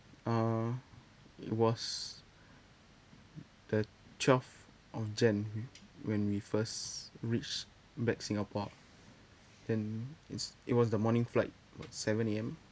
uh it was the twelve of jan when we first reached back singapore and it's it was the morning flight about seven A_M